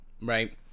Right